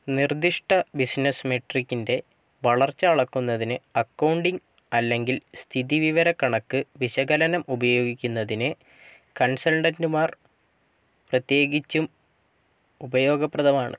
നിർദ്ദിഷ്ട ബിസിനസ് മെട്രിക്കിന്റെ വളർച്ച അളക്കുന്നതിന് അക്കൗണ്ടിംഗ് അല്ലെങ്കിൽ സ്ഥിതിവിവരക്കണക്ക് വിശകലനം ഉപയോഗിക്കുന്നതിന് കൺസൾട്ടന്റുമാർ പ്രത്യേകിച്ചും ഉപയോഗപ്രദമാണ്